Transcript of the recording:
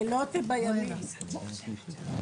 אני אקצר,